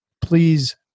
please